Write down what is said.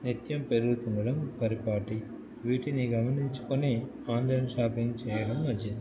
నిత్యం పెరుగుతుందడం పరిపాటి వీటిని గమనించుకొని ఆన్లైన్ షాపింగ్ చేయడం మంచిది